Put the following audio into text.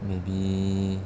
maybe